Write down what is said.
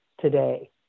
today